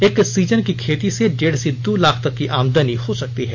एक सीजन की खेती से डेढ़ से दो लाख तक की आमदनी हो सकती है